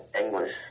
English